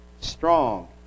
strong